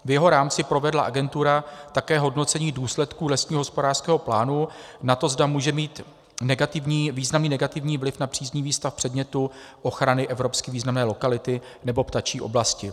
V jeho rámci provedla agentura také hodnocení důsledků lesního hospodářského plánu na to, zda může mít významný negativní vliv na příznivý stav předmětu ochrany evropsky významné lokality nebo ptačí oblasti.